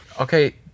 okay